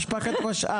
יש לך קשר למשפחת משש?